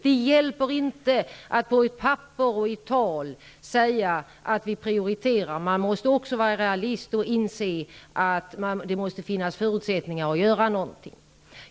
Det hjälper inte att i tal och på papper säga att vi prioriterar. Man måste också vara realist och inse att det måste finnas förutsättningar att göra någonting.